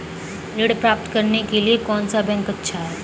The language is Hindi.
ऋण प्राप्त करने के लिए कौन सा बैंक अच्छा है?